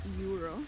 euro